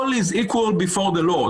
all is equal before the low.